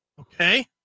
Okay